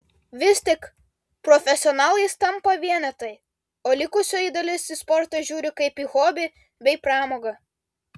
vis tik profesionalais tampa vienetai o likusioji dalis į sportą žiūri kaip į hobį bei pramogą